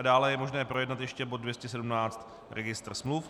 Dále je možné projednat ještě bod 217 registr smluv.